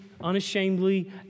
unashamedly